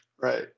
right